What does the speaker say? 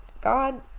god